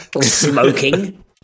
smoking